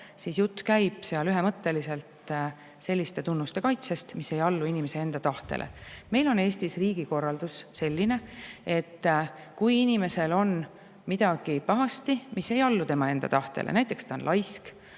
et] jutt käib seal ühemõtteliselt selliste tunnuste kaitsest, mis ei allu inimese enda tahtele. Meil on Eestis riigikorraldus selline, et kui inimesel on midagi pahasti, näiteks ta on laisk,